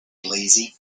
lazy